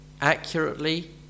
accurately